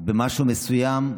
במשהו מסוים,